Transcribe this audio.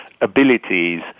abilities